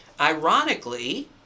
Ironically